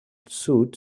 suit